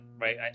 right